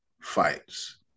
fights